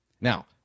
Now